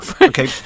okay